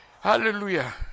Hallelujah